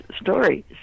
stories